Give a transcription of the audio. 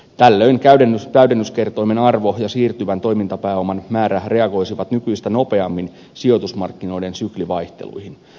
tällöin täydennyskertoimen arvo ja siirtyvän toimintapääoman määrä reagoisivat nykyistä nopeammin sijoitusmarkkinoiden syklivaihteluihin